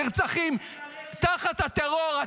נרצחים תחת הטרור.